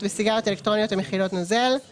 וסיגריות אלקטרוניות המכילות נוזל"; (ו)